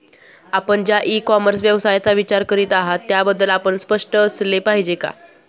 आपण ज्या e commerce व्यवसायाचा विचार करीत आहात त्याबद्दल आपण स्पष्ट असले पाहिजे का?